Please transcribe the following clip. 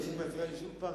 אם הוא מפריע לי שוב פעם,